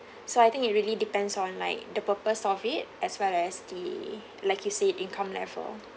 so I think it really depends on like the purpose of it as well as the like you said income level